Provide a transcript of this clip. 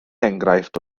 enghraifft